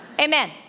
amen